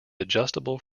adjustable